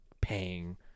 paying